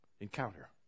encounter